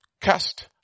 cast